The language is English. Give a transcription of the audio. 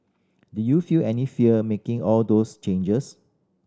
did you feel any fear making all those changes